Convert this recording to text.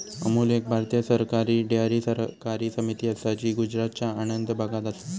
अमूल एक भारतीय सरकारी डेअरी सहकारी समिती असा जी गुजरातच्या आणंद भागात असा